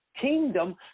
kingdom